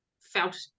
felt